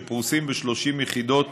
שפרוסים ב-30 יחידות